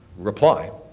reply,